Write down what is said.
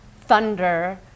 thunder